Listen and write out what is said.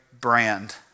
brand